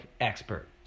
expert